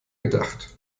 gedacht